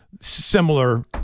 similar